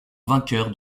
vainqueur